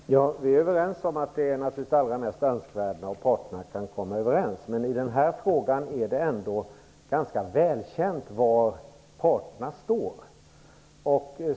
Fru talman! Vi är överens om att det mest önskvärda naturligtvis är att parterna kommer överens. Men i den här frågan är det ändå ganska välkänt var parterna står.